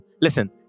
listen